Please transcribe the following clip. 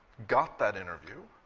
got that interview.